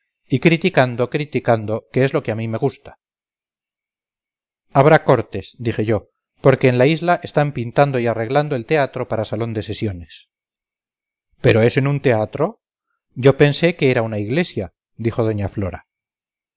y criticando criticando que es lo que a mí me gusta habrá cortes dije yo porque en la isla están pintando y arreglando el teatro para salón de sesiones pero es en un teatro yo pensé que en una iglesia dijo doña flora